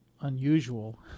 unusual